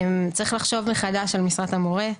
צריך לחשוב מחדש על משרת המורה.